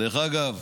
דרך אגב,